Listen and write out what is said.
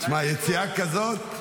תשמע, יציאה כזאת.